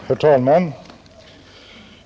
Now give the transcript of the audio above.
Herr talman!